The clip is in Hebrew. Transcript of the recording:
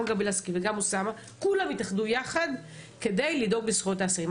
גם גבי לסקי וגם אוסאמה כולם התאחדו יחד כדי לדאוג לזכויות האסירים.